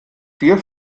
vier